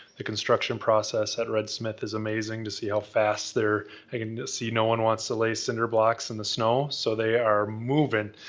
the construction process at red smith is amazing to see how fast they're, i can see no one wants to lay cinder blocks in the snow so they are moving,